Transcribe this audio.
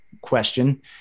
question